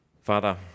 Father